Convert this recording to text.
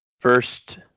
first